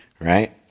Right